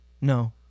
No